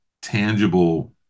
tangible